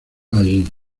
allí